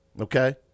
Okay